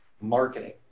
marketing